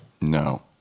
No